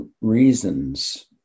reasons